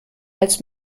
als